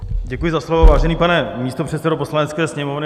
Děkuji za slovo, vážený pane místopředsedo Poslanecké sněmovny.